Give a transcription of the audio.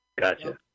Gotcha